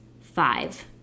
five